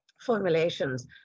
formulations